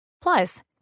Plus